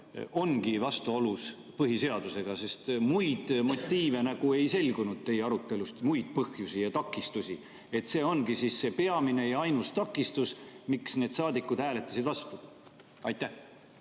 ongi vastuolus põhiseadusega. Sest muid motiive ei selgunud teie arutelust, muid põhjusi ja takistusi. Kas see ongi peamine ja ainus takistus, miks need saadikud hääletasid vastu? Aitäh!